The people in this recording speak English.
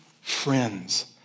friends